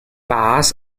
bars